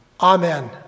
Amen